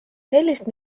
sellist